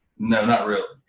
no, not really.